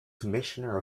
commissioner